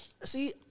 See